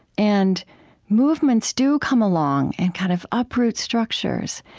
and movements do come along and kind of uproot structures,